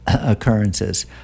occurrences